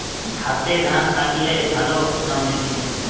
হাতে ধান কাটলে ভালো না মেশিনে?